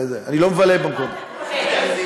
אני לא מבלה במקומות, תלוי איפה אתה קונה.